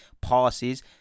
passes